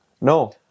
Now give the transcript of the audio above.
No